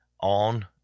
on